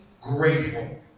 grateful